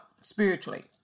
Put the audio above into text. spiritually